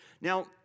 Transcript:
Now